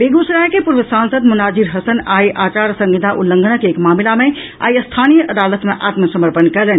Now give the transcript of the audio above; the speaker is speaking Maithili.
बेगूसराय के पूर्व सांसद मोनाजिर हसन आइ आचार संहिता उल्लंघनक एक मामिला मे आई स्थानीय अदालत में आत्म समर्पण कयलनि